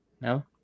No